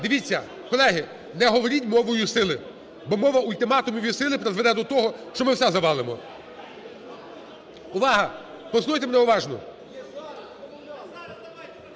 дивіться, колеги, не говоріть мовою сили, бо мова ультиматумів і сили призведе до того, що ми все завалимо. Увага, послухайте мене уважно!